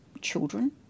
children